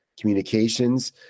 Communications